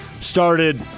started